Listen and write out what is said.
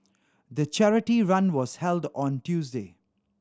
the charity run was held on Tuesday